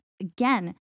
Again